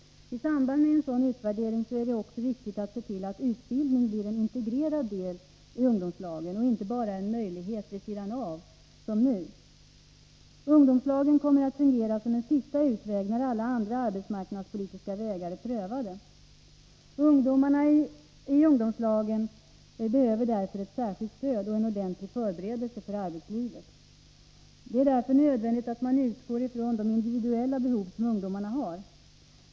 I samband med en sådan utvärdering är det också viktigt att se till att utbildning blir en integrerad del i ungdomslagen och inte bara en möjlighet vid sidan av som nu. Ungdomslagen kommer att fungera som en sista utväg när alla andra arbetsmarknadspolitiska vägar är prövade. Ungdomarna i ungdomslagen behöver således ett särskilt stöd och en ordentlig förberedelse för arbetslivet. Det är därför nödvändigt att utgå från de individuella behov ungdomarna har.